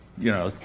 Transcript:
you know,